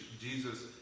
Jesus